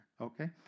Okay